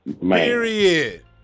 Period